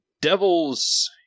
Devils